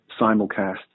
simulcast